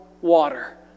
water